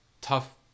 tough